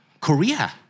Korea